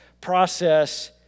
process